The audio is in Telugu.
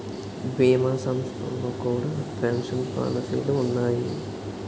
భీమా సంస్థల్లో కూడా పెన్షన్ పాలసీలు ఉన్నాయి